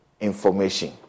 information